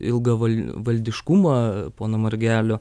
ilgaval valdiškumą pono margelio